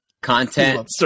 content